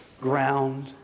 ground